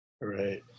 Right